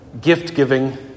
gift-giving